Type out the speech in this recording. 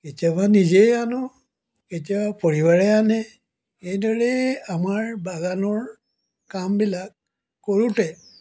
কেতিয়াবা নিজেই আনো কেতিয়াবা পৰিবাৰে আনে এইদৰে আমাৰ বাগানৰ কামবিলাক কৰোঁতে